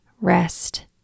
rest